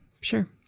sure